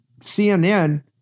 CNN